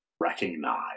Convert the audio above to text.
recognize